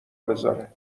بزاره